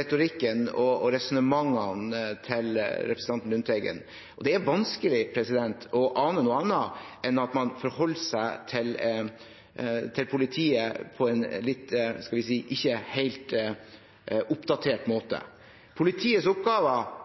retorikken og resonnementene til representanten Lundteigen. Det er vanskelig å ane noe annet enn at man forholder seg til politiet på en – skal vi si – ikke helt oppdatert måte. Politiets oppgaver